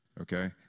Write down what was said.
Okay